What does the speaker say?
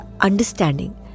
understanding